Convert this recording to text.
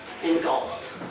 engulfed